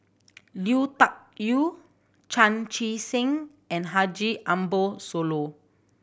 Lui Tuck Yew Chan Chee Seng and Haji Ambo Sooloh